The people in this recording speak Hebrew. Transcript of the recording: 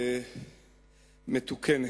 ומתוקנת.